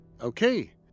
Okay